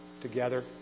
together